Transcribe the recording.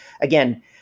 Again